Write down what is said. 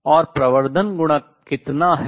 और प्रवर्धन गुणक कितना है